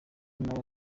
nawe